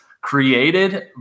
created